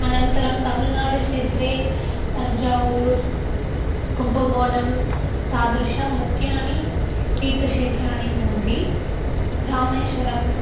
अनन्तरं तमिळ्नाडु क्षेत्रे तञ्चावूर् कुम्भघोणं तादृशं मुख्यानि तीर्थक्षेत्राणि सन्ति रामेश्वरम्